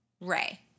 Ray